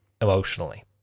Emotionally